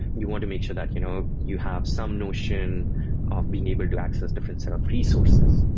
you want to make sure that you know you have some notion of being able to access different set of resources.